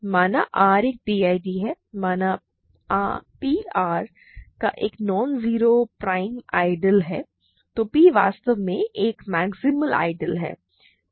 माना R एक PID है माना P R का एक नॉन जीरो प्राइम आइडियल है तो P वास्तव में एक मैक्सिमल आइडियल है P मैक्सिमल है